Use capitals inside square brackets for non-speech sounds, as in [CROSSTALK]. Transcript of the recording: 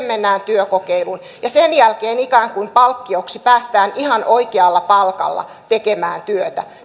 [UNINTELLIGIBLE] mennään työkokeiluun ja sen jälkeen ikään kuin palkkioksi päästään ihan oikealla palkalla tekemään työtä